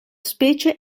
specie